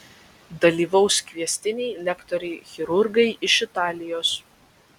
dalyvaus kviestiniai lektoriai chirurgai iš italijos